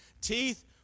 teeth